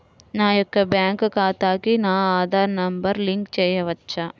నా యొక్క బ్యాంక్ ఖాతాకి నా ఆధార్ నంబర్ లింక్ చేయవచ్చా?